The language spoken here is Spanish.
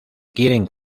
quieren